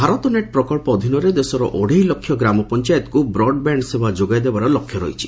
Bharat net ପ୍ରକଳ୍ପ ଅଧୀନରେ ଦେଶର ଅଢେଇ ଲକ୍ଷ ଗ୍ରାମପଞ୍ଚାୟତକୁ ବ୍ରଡ୍ବ୍ୟାଣ୍ଡ୍ ସେବା ଯୋଗାଇ ଦେବାର ଲକ୍ଷ୍ୟ ରହିଛି